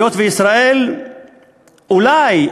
היות שישראל אולי,